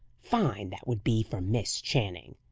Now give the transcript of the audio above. fine, that would be, for miss channing!